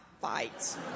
fights